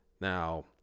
Now